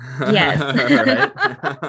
Yes